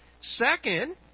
Second